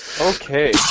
Okay